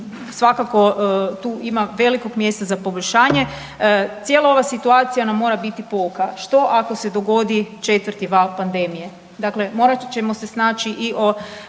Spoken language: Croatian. svakako tu ima velikog mjesta za poboljšanje. Cijela ova situacija nam mora biti pouka. Što ako se dogodi četvrti val pandemije?